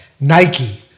Nike